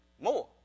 more